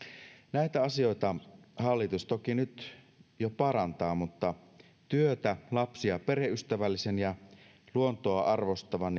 näitä asioita hallitus toki nyt jo parantaa mutta työtä lapsi ja perheystävällisen ja luontoa arvostavan